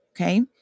Okay